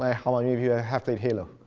ah how many of you have played halo?